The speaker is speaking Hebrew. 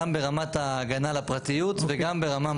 גם ברמת ההגנה על הפרטיות וגם ברמה מהותית.